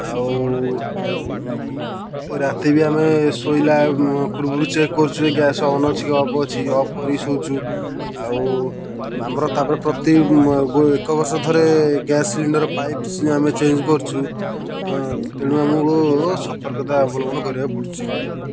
ଆଉ ରାତିବି ଆମେ ଶୋଇଲା ପୂର୍ବରୁ ଚେକ୍ କରୁଛୁ ଯେ ଗ୍ୟାସ୍ ଅନ୍ ଅଛି କି ଅଫ୍ ଅଛି ଅଫ୍ କରି ଶୋଉଛୁ ଆଉ ଆମର ତା ପରେ ପ୍ରତି ଏକ ବର୍ଷ ଥରେ ଗ୍ୟାସ୍ ସିଲିଣ୍ଡର୍ ପାଇପ୍ ଆମେ ଚେଞ୍ଜ୍ କରୁଛୁ ତେଣୁ ଆମକୁ ସତର୍କତା ଅବଲମ୍ବନ କରିବାକୁ ପଡ଼ୁଛି